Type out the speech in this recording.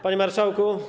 Panie Marszałku!